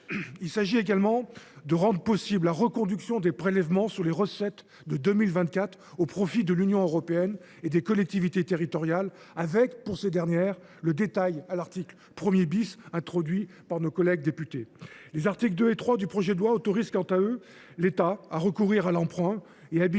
Il s’agit également de rendre possible la reconduction des prélèvements sur les recettes de 2024 au profit de l’Union européenne et des collectivités territoriales, avec, pour ces dernières, le détail introduit par nos collègues députés à l’article 1 . Les articles 2 et 3 du projet de loi visent quant à eux à autoriser l’État à recourir à l’emprunt et à habiliter